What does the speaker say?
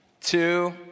two